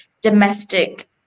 domestic